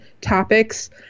topics